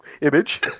image